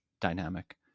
dynamic